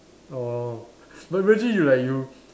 orh but imagine you like you